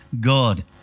God